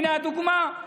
הינה הדוגמה.